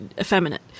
effeminate